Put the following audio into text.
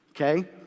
okay